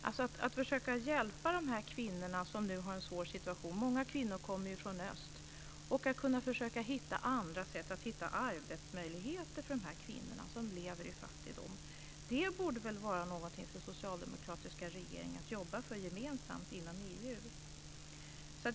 Alltså skulle man försöka hjälpa de här kvinnorna som nu har en svår situation - många kvinnor kommer ju från öst - och försöka hitta andra arbetsmöjligheter för de kvinnor som lever i fattigdom. Det borde väl vara någonting för socialdemokratiska regeringar att jobba för gemensamt inom EU.